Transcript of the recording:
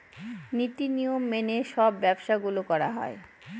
নীতি নিয়ম মেনে সব ব্যবসা গুলো করা হয়